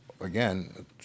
again